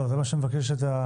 לא, זה מה שמבקשת הנציגה.